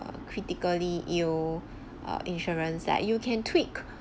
critically ill err insurance like you can tweak